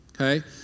Okay